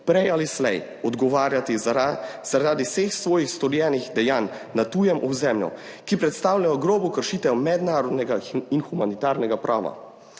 prej ali slej odgovarjati zaradi vseh svojih storjenih dejanj na tujem ozemlju, ki predstavljajo grobo kršitev mednarodnega in humanitarnega prava.